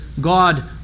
God